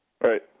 Right